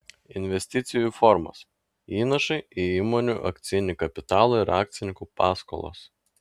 investicijų formos įnašai į įmonių akcinį kapitalą ir akcininkų paskolos